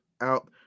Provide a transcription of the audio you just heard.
out